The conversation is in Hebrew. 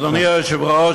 אדוני היושב-ראש,